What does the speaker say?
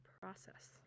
process